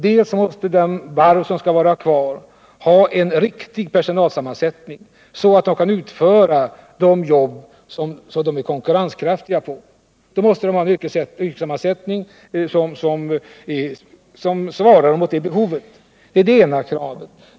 De varv som skall vara kvar måste ha en personalsammansättning som gör att de kan utföra konkurrenskraftiga jobb — yrkessammansättningen måste motsvara det behovet. Det är det ena kravet.